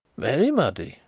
very muddy,